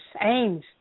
aims